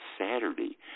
Saturday